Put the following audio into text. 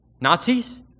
Nazis